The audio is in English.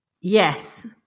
Yes